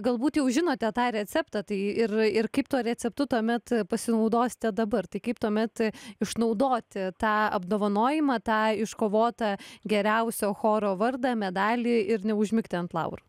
galbūt jau žinote tą receptą tai ir ir kaip tuo receptu tuomet pasinaudosite dabar tai kaip tuomet išnaudoti tą apdovanojimą tą iškovotą geriausio choro vardą medalį ir neužmigti ant laurų